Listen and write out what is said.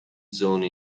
zones